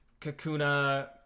kakuna